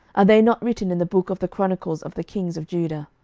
are they not written in the book of the chronicles of the kings of judah?